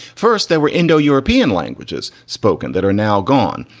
first there were indo-european languages spoken that are now gone.